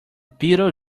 beetle